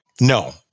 No